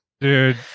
dude